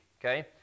okay